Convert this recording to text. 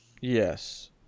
Yes